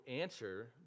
answer